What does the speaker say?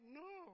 no